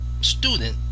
student